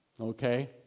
Okay